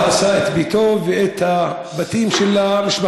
באותו יום המשטרה גם הרסה את ביתו ואת הבתים של משפחתו.